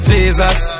Jesus